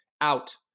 Out